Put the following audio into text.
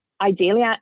ideally